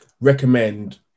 recommend